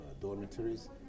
dormitories